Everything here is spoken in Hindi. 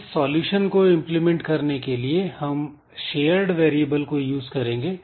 इस सॉल्यूशन को इंप्लीमेंट करने के लिए हम शेयर्ड वेरिएबल को यूज करेंगे